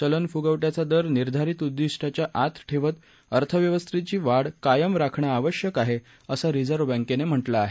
चलनफुगवट्याचा दर निर्धारित उद्दिष्टाच्या आत ठेवत अर्थव्यवस्थेची वाढ कायम राखणं आवश्यक आहे असं रिझर्व्ह बँकेनं म्हटलं आहे